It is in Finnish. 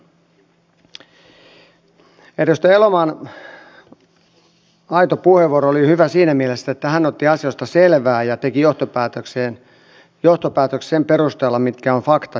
edustaja elomaan aito puheenvuoro oli hyvä siinä mielessä että hän otti asioista selvää ja teki johtopäätöksiä sen perusteella mitkä ovat faktat ja mitkä ovat fiktiot